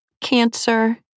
cancer